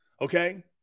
Okay